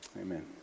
Amen